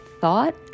thought